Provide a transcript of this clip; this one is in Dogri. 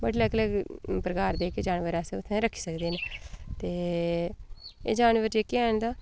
बड़े लग्ग लग्ग प्रकार दे जानवर जेह्के अस रक्खी सकदे न ते एह् जानवर जेह्के हैन तां